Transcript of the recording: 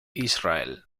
israel